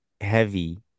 heavy